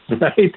Right